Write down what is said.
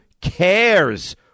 cares